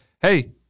hey